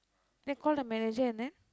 they call the manager and then